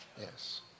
Yes